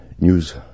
news